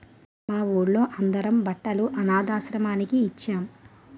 మా వూళ్ళో అందరం బట్టలు అనథాశ్రమానికి ఇచ్చేం